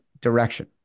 direction